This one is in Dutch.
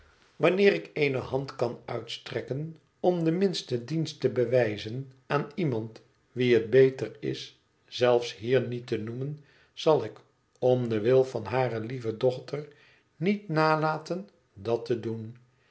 wanneer ik eene hand kan uitstrekken om den minsten dienst te bewijzen aan iemand wie het beter is zelfs hier niet te noemen zal ik om den wil van hare lieve dochter niet nalaten dat te doen